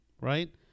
right